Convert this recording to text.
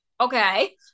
Okay